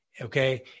okay